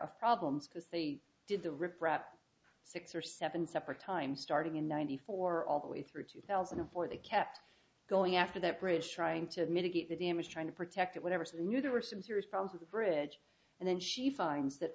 of problems because they did the riprap six or seven separate times starting in ninety four all the way through two thousand and four they kept going after that bridge trying to mitigate the damage trying to protect it whatever so we knew there were some serious problems with the bridge and then she finds that